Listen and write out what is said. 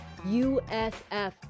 USF